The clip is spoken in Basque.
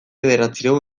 bederatziehun